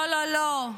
לא, לא,